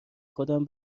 خودم